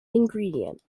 ingredient